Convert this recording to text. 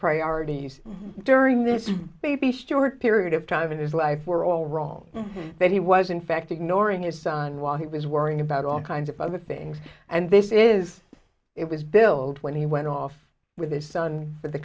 priorities during this baby short period of time in his life were all wrong that he was in fact ignoring his son while he was worrying about all kinds of other things and this is it was billed when he went off with his son for the